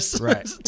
right